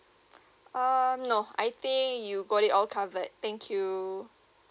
um no I think you got it all covered thank you